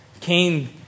Cain